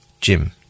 Jim